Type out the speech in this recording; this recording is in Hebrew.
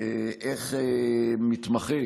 איך מתמחה